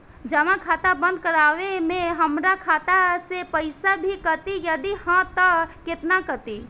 जमा खाता बंद करवावे मे हमरा खाता से पईसा भी कटी यदि हा त केतना कटी?